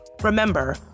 remember